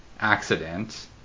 accident